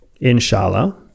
inshallah